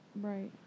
Right